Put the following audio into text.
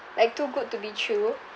like too good to be true